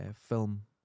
film